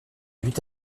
huit